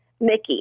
Mickey